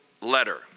letter